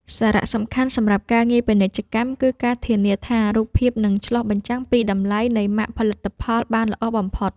សារៈសំខាន់សម្រាប់ការងារពាណិជ្ជកម្ម គឺការធានាថារូបភាពនឹងឆ្លុះបញ្ចាំងពីតម្លៃនៃម៉ាកផលិតផលបានល្អបំផុត។